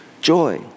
Joy